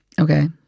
Okay